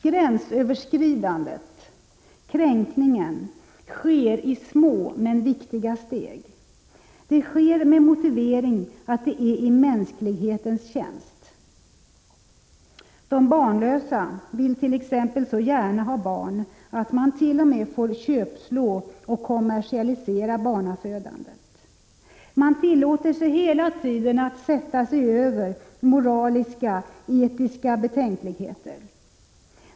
Gränsöverskridandet, kränkningen, sker genom små men viktiga steg. Detta sker med motiveringen att det är i mänsklighetens tjänst. De barnlösa villt.ex. så gärna ha barn att man tt.o.m. får köpslå om och kommersialisera barnafödandet. Man tillåter sig hela tiden att sätta sig över moraliska — etiska — betänkligheter.